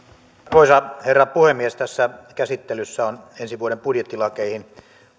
arvoisa herra puhemies tässä käsittelyssä on ensi vuoden budjettilakeihin